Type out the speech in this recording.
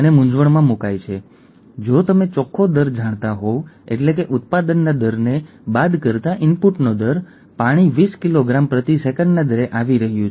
સામાન્ય હિમોગ્લોબિન જનીનમાં છઠ્ઠા સ્થાનમાં ગ્લુટામિક એસિડ હોય છે